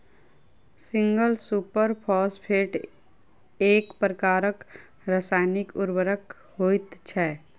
single super phosphate एक प्रकारक रासायनिक उर्वरक होइत छै